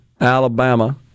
Alabama